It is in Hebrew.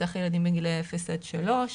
מסך הילדים בגילאי אפס עד שלוש